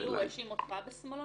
כאילו הוא האשים אותך בשמאלנות?